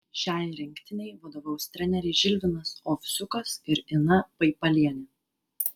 šiai rinktinei vadovaus treneriai žilvinas ovsiukas ir ina paipalienė